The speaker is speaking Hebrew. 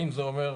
האם זה אומר,